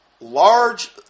large